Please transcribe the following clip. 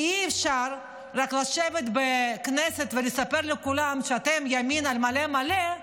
כי אי-אפשר רק לשבת בכנסת ולספר לכולם שאתם ימין על מלא מלא,